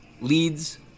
leads